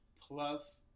plus